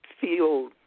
feel